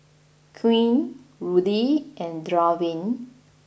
Quinn Ruthie and Draven